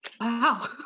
Wow